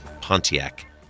Pontiac